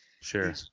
sure